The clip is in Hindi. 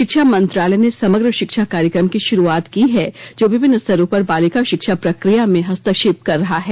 शिक्षा मंत्रालय ने समग्र शिक्षा कार्यक्रम की शुरुआत की है जो विभिन्न स्तरों पर बालिका शिक्षा प्रक्रिया में हस्तक्षेप कर रहा है